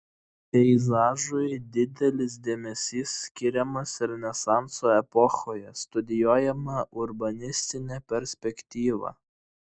peizažui didelis dėmesys skiriamas renesanso epochoje studijuojama urbanistinė perspektyva